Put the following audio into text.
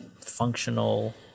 functional